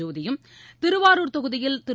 ஜோதியும் திருவாரூர் தொகுதியில் திரு